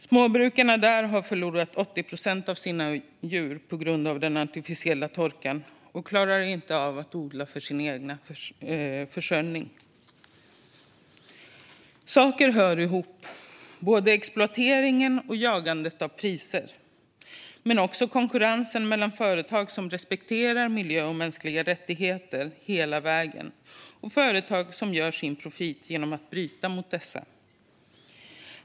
Småbrukarna har där förlorat 80 procent av sina djur på grund av den artificiella torkan och klarar inte av att odla för sin egen försörjning. Saker hör ihop, till exempel exploateringen och jagandet av priser. Men det gäller också konkurrensen mellan företag som respekterar miljö och mänskliga rättigheter hela vägen och företag som gör sin profit genom att bryta mot dessa.